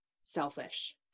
selfish